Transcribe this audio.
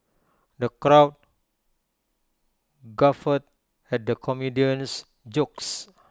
the crowd guffawed at the comedian's jokes